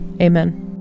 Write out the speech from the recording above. Amen